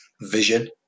vision